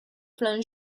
plan